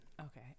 Okay